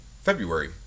February